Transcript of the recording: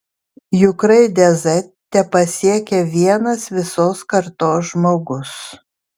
juk raidę z tepasiekia vienas visos kartos žmogus